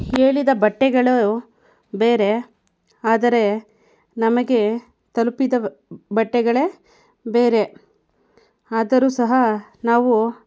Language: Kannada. ಹೇಳಿದ ಬಟ್ಟೆಗಳು ಬೇರೆ ಆದರೆ ನಮಗೆ ತಲುಪಿದ ಬಟ್ಟೆಗಳೇ ಬೇರೆ ಆದರೂ ಸಹ ನಾವು